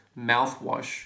mouthwash